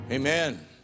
Amen